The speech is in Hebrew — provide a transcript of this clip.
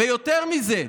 ויותר מזה,